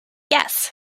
yes